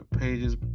pages